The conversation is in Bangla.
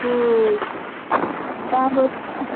হুম তা হচ্ছে